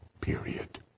period